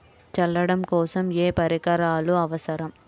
చల్లడం కోసం ఏ పరికరాలు అవసరం?